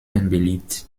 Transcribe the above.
beliebt